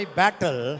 battle